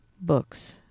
books